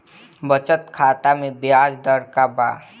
बचत खाता मे ब्याज दर का बा?